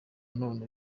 none